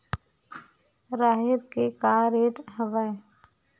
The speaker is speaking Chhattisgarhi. राहेर के का रेट हवय?